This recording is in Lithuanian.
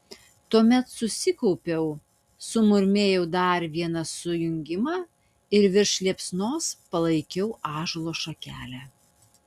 tuomet susikaupiau sumurmėjau dar vieną sujungimą ir virš liepsnos palaikiau ąžuolo šakelę